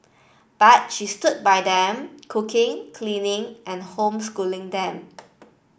but she stood by them cooking cleaning and homeschooling them